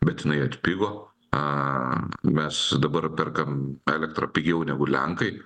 bet jinai atpigo a mes dabar perkam elektrą pigiau negu lenkai